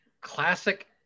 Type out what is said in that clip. Classic